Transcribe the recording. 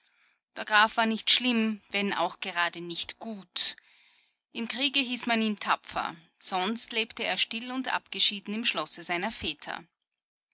der graf war nicht schlimm wenn auch gerade nicht gut im kriege hieß man ihn tapfer sonst lebte er still und abgeschieden im schlosse seiner väter